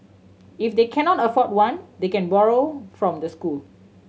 if they cannot afford one they can borrow from the school